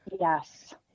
Yes